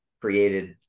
created